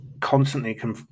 constantly –